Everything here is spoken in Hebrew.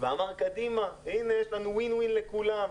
ואמר קדימה, הנה יש לנו וין-וין לכולם.